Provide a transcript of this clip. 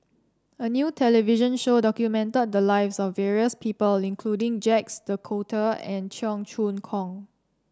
a new television show documented the lives of various people including Jacques De Coutre and Cheong Choong Kong